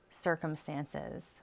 circumstances